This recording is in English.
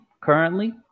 currently